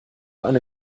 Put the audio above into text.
eine